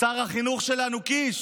שר החינוך שלנו קיש,